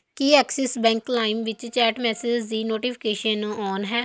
ਕੀ Axis Bank Lime ਵਿੱਚ chat messages ਦੀ notifications on ਹੈ